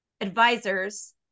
advisors